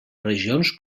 regions